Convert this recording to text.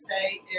say